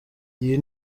iyi